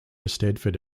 eisteddfod